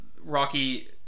Rocky